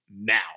now